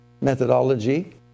methodology